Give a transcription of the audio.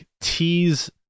tease